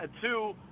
Two